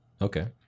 Okay